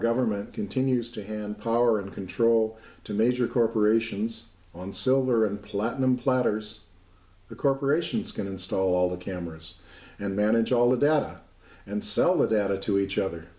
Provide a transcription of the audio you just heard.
government continues to hand power and control to major corporations on silver and platinum platters the corporations can install the cameras and manage all the data and sell it out of to each other